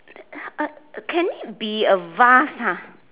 uh can it be a vase ah